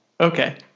Okay